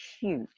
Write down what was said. huge